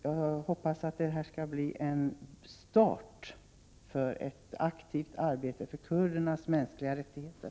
Jag hoppas att det här skall bli en start för ett aktivt arbete för kurdernas mänskliga rättigheter.